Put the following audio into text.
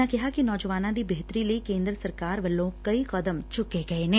ਉਨ੍ਹਾਂ ਕਿਹਾ ਕਿ ਨੌਜਵਾਨਾਂ ਦੀ ਬਿਹਤਰੀ ਲਈ ਕੇਂਦਰ ਸਰਕਾਰ ਵੱਲੋ ਕਈ ਕਦਮ ਚੁੱਕੇ ਗਏ ਨੇ